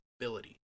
ability